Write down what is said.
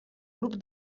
grup